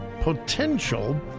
potential